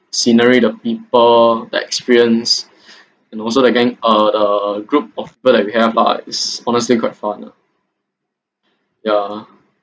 scenery the people that experience and also the gang uh the group of people that we have lah it's honestly quite fun ah ya